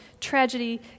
tragedy